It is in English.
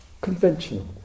conventional